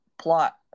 Plot